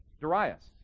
Darius